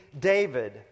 David